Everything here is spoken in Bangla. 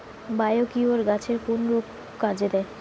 বায়োকিওর গাছের কোন রোগে কাজেদেয়?